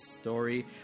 story